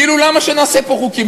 כאילו, למה שנעשה פה חוקים?